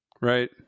Right